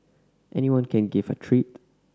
anyone can give a treat